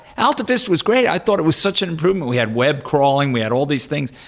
altavista was great. i thought it was such an improvement. we had web crawling, we had all these things.